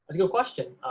but good question,